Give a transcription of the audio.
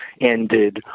ended